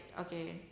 okay